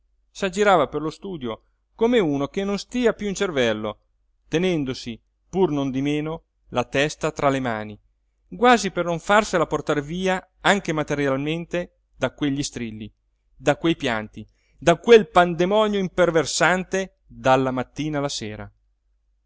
stesso s'aggirava per lo studio come uno che non stia piú in cervello tenendosi pur nondimeno la testa tra le mani quasi per non farsela portar via anche materialmente da quegli strilli da quei pianti da quel pandemonio imperversante dalla mattina alla sera